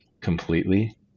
completely